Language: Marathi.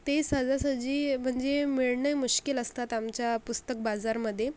ते सहजासहजी म्हणजे मिळणे मुश्किल असतात आमच्या पुस्तक बाजारमध्ये